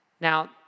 Now